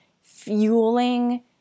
fueling